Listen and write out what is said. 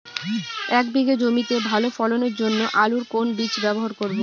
এক বিঘে জমিতে ভালো ফলনের জন্য আলুর কোন বীজ ব্যবহার করব?